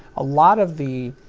a lot of the,